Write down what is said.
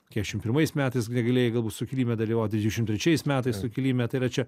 keturiasdešimt pirmais metais galėjai galbūt sukilime dalyvaut dvidešimt trečiais metais sukilime tai yra čia